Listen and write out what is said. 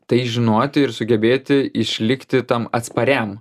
tai žinoti ir sugebėti išlikti tam atspariam